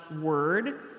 word